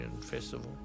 festival